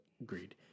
Agreed